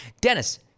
Dennis